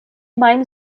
même